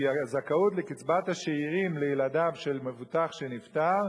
כי הזכאות לקצבת השאירים לילדיו של מבוטח שנפטר,